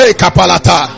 kapalata